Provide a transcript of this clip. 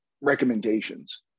recommendations